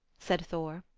said thor.